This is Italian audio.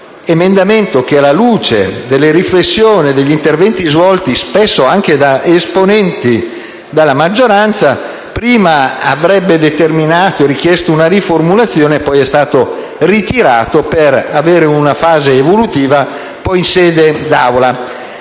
L'emendamento, alla luce delle riflessioni e degli interventi svolti, spesso anche da esponenti della maggioranza, avrebbe richiesto una riformulazione e poi è stato ritirato per avere una fase evolutiva in sede d'Assemblea.